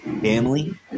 family